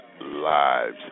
lives